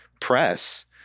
press